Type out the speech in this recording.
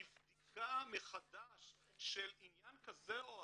לבדיקה מחדש של עניין כזה או אחר?